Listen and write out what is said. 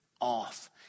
off